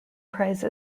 prize